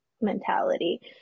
mentality